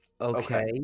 Okay